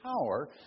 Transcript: power